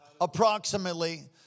approximately